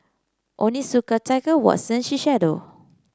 Onitsuka Tiger Watsons Shiseido